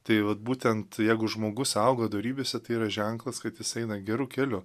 tai vat būtent jeigu žmogus auga dorybėse tai yra ženklas kad jis eina geru keliu